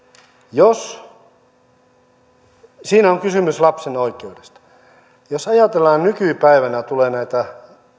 siinä on kysymys lapsen oikeudesta jos ajatellaan kun nykypäivänä tulee näitä